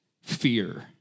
fear